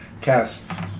cast